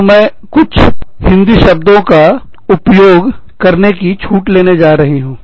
तो मैं कुछ हिंदी शब्दों का उपयोग छूट लेने जा रही हूँ